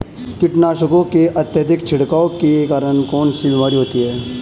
कीटनाशकों के अत्यधिक छिड़काव के कारण कौन सी बीमारी होती है?